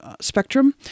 spectrum